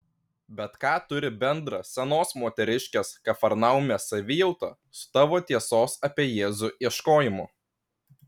bet ką turi bendra senos moteriškės kafarnaume savijauta su tavo tiesos apie jėzų ieškojimu